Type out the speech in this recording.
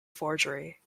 forgery